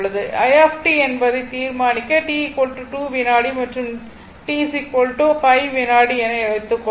i என்பதை தீர்மானிக்க t 2 வினாடி மற்றும் டி 5 வினாடி என வைத்துக்கொள்வோம்